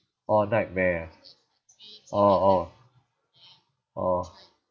orh nightmare orh orh orh